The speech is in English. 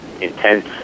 intense